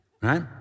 right